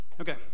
okay